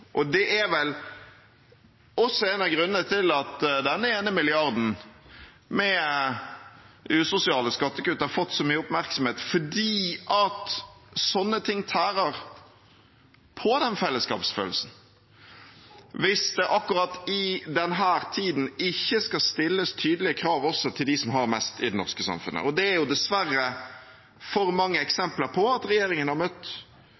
Det er vel også en av grunnene til at denne ene milliarden med usosiale skattekutt har fått så mye oppmerksomhet, for slikt tærer på den fellesskapsfølelsen, hvis det akkurat i denne tiden ikke skal stilles tydelige krav til også dem som har mest i det norske samfunnet. Det er dessverre for mange eksempler på at regjeringen har møtt